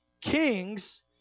kings